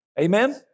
Amen